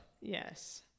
Yes